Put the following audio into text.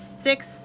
six